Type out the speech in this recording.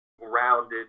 rounded